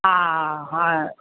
हा हा